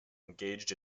engaged